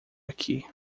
aqui